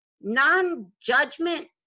non-judgment